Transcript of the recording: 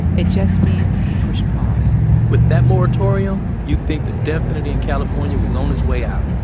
it just means he pushed pause with that moratorium, you think the death penalty in california was on his way out.